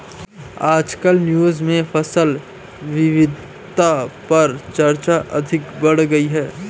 आजकल न्यूज़ में फसल विविधता पर चर्चा अधिक बढ़ गयी है